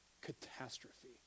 catastrophe